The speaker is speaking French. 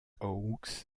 hawks